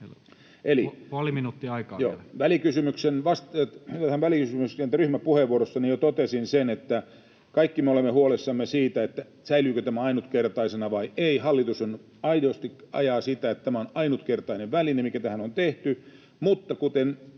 tähän toiseenkin kysymykseen. Joo. — Välikysymyksen ryhmäpuheenvuorossani jo totesin sen, että kaikki me olemme huolissamme siitä, säilyykö tämä ainutkertaisena vai ei. Hallitus aidosti ajaa sitä, että tämä on ainutkertainen väline, mikä tähän on tehty, mutta kuten